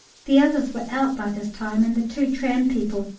the others were out by this time and the two tram people,